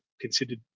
considered